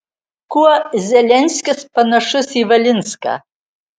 kuo zelenskis panašus į valinską